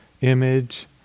Image